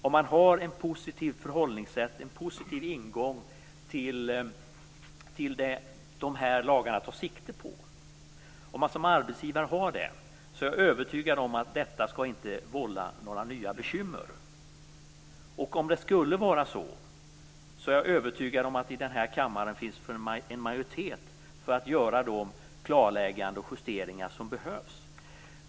Om man som arbetsgivare har ett positivt förhållningssätt, en positiv ingång till det som dessa lagar tar sikte på är jag övertygad om att detta inte skall vålla några nya bekymmer. Och om det skulle göra det är jag övertygad om att det i den här kammaren finns en majoritet som är för att göra de klarlägganden och justeringar som behövs.